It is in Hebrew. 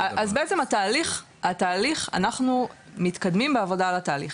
אז בעצם אנחנו מתקדמים בעבודה על התהליך,